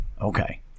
Okay